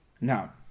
Now